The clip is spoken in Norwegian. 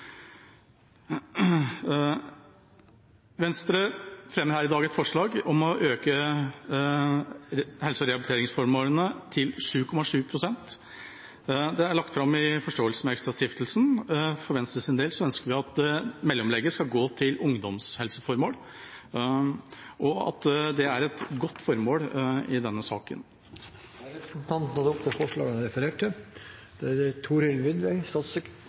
Venstre fremmer her i dag et forslag om å øke midlene til helse- og rehabiliteringsformål til 7,7 pst. Det er lagt fram i forståelse med ExtraStiftelsen. For Venstres del ønsker vi at mellomlegget skal gå til ungdomshelseformål – og det er et godt formål – i denne saken. Representanten Ketil Kjenseth har tatt opp det forslaget han refererte til.